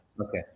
okay